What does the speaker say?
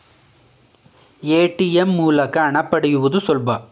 ATM ಮೂಲಕ ಹಣ ಪಡೆಯುವುದು ಸುಲಭ